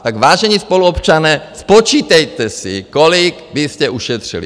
Tak, vážení spoluobčané, spočítejte si, kolik byste ušetřili.